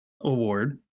award